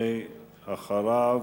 ואחריו,